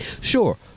Sure